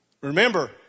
Remember